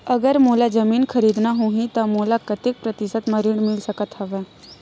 अगर मोला जमीन खरीदना होही त मोला कतेक प्रतिशत म ऋण मिल सकत हवय?